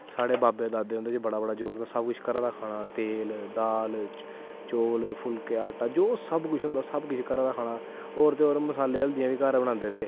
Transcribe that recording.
साढ़ा बाबे दादा ते लब कुश घरा दा खाना तेल दाल चौल फुल्के आटा जो कुश होंदा सब कुश घरा दा खाना होर ते होर मसाले हल्दियां बी घर बनांदे रेह्